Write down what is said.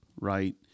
right